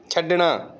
ਛੱਡਣਾ